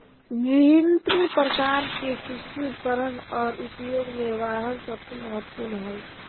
विभिन्न प्रकार के कृषि उपकरण और उपयोग में वाहन सबसे महत्वपूर्ण हइ